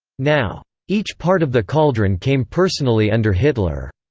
now each part of the cauldron came personally under hitler.